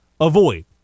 avoid